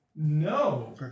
No